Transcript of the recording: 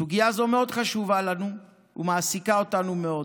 סוגיה זו מאוד חשובה לנו ומעסיקה אותנו מאוד.